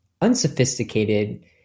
unsophisticated